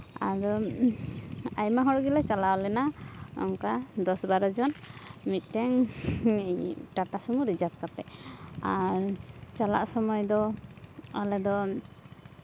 ᱟᱫᱚ ᱟᱭᱢᱟ ᱦᱚᱲ ᱜᱮᱞᱮ ᱪᱟᱞᱟᱣ ᱞᱮᱱᱟ ᱚᱱᱠᱟ ᱫᱚᱥ ᱵᱟᱨᱚ ᱡᱚᱱ ᱢᱤᱫᱴᱮᱱ ᱴᱟᱴᱟ ᱥᱚᱢᱩ ᱨᱤᱡᱟᱨᱵᱽ ᱠᱟᱛᱮ ᱟᱨ ᱪᱟᱞᱟᱜ ᱥᱚᱢᱚᱭ ᱫᱚ ᱟᱞᱮᱫᱚ